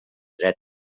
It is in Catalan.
dret